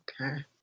okay